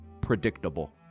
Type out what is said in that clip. predictable